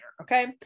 okay